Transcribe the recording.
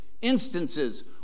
instances